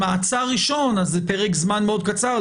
במעצר ראשון זה פרק זמן מאוד קצר.